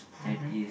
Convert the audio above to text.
mmhmm